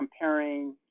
comparing